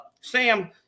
Sam